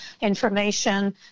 information